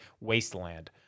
wasteland